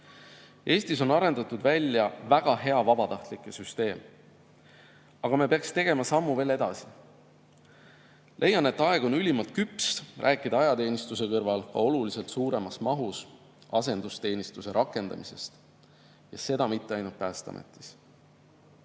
Eestis on välja arendatud väga hea vabatahtlike süsteem, aga me peaks tegema veel sammu edasi. Leian, et aeg on ülimalt küps rääkida ajateenistuse kõrval ka oluliselt suuremas mahus asendusteenistuse rakendamisest ja seda mitte ainult Päästeametis.